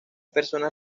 personas